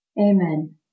Amen